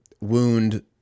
wound